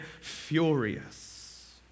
furious